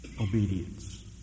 obedience